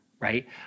right